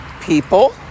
people